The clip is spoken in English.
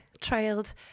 trailed